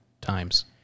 times